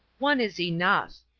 one is enough.